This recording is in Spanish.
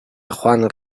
juan